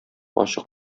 ачык